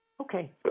Okay